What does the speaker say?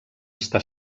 està